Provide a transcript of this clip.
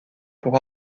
pour